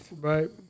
Right